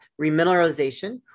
remineralization